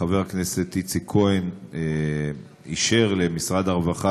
חבר הכנסת איציק כהן אישר למשרד הרווחה